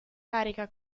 carica